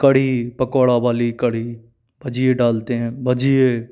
कढ़ी पकौड़ा वाली कढ़ी भजिये डालते हैं भजिये